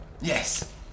Yes